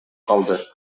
калды